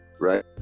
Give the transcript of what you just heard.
right